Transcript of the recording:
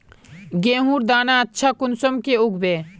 गेहूँर दाना अच्छा कुंसम के उगबे?